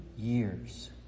years